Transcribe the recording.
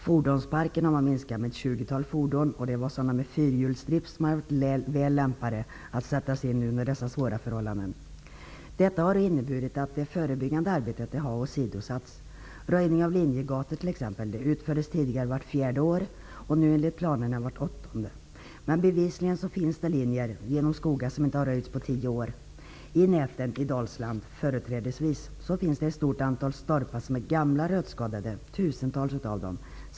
Fordonsparken har man minskat med ett 20-tal fordon, sådana med fyrhjulsdrift som hade varit väl lämpade att sättas in under dessa svåra förhållanden. Detta har inneburit att det förebyggande arbetet har åsidosatts, t.ex. röjning av linjegator. Det utfördes tidigare vart fjärde år. Nu görs det enligt planerna vart åttonde år. Bevisligen finns det linjer genom skogar som inte har röjts på tio år. I näten, företrädesvis i Dalsland, finns det tusentals stolpar som är gamla och rötskadade.